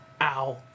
Ow